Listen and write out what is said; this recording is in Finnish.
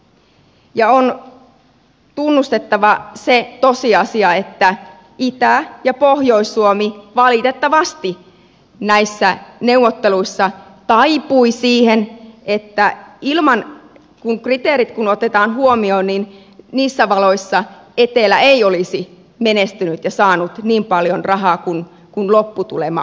on tunnustettava se tosiasia että itä ja pohjois suomi valitettavasti näissä neuvotteluissa taipuivat siihen että kun kriteerit otetaan huomioon niin niissä valoissa etelä ei olisi menestynyt ja saanut niin paljon rahaa kuin lopputulema on